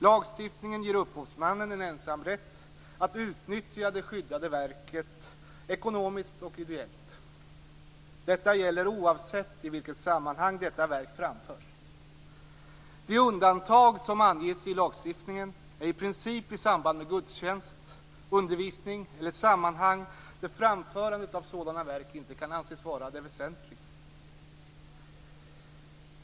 Lagstiftningen ger upphovsmannen en ensamrätt att utnyttja det skyddade verket ekonomiskt och ideellt. Detta gäller oavsett i vilket sammanhang verket framförs. De undantag som anges i lagstiftningen är i princip i samband med gudstjänst, undervisning eller sammanhang där framförandet av sådana verk inte kan anses vara det väsentliga.